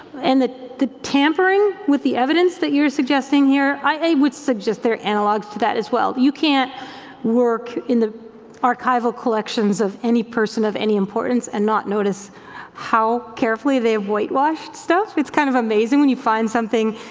and the the tampering with the evidence that you're suggesting here, i would suggest there analogs to that as well. you can't work in the archival collections of any person of any importance and not notice how carefully they've white-washed stuff. it's kind of amazing when you find something